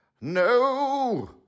No